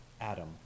Adam